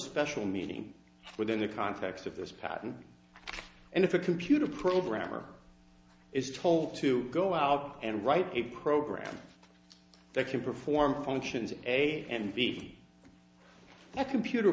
special meaning within the context of this patent and if a computer programmer is told to go out and write a program that can perform functions a and b a computer